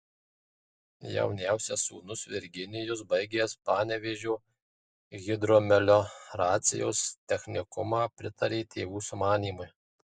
jauniausias sūnus virginijus baigęs panevėžio hidromelioracijos technikumą pritarė tėvų sumanymui